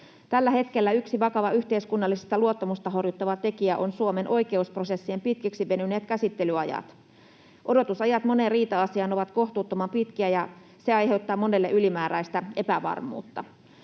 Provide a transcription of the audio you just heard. Tällä hetkellä yksi vakava yhteiskunnallista luottamusta horjuttava tekijä on Suomen oikeusprosessien pitkiksi venyneet käsittelyajat. Odotusajat moneen riita-asiaan ovat kohtuuttoman pitkiä, ja se aiheuttaa monelle ylimääräistä epävarmuutta.